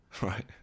Right